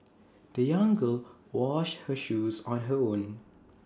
the young girl washed her shoes on her own